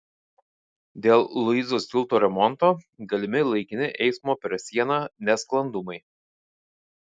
dėl luizos tilto remonto galimi laikini eismo per sieną nesklandumai